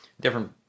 different